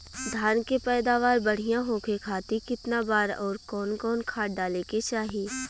धान के पैदावार बढ़िया होखे खाती कितना बार अउर कवन कवन खाद डाले के चाही?